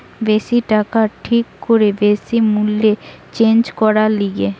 বেশি টাকায় ঠিক করে বেশি মূল্যে চেঞ্জ করা গিলে